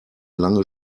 lange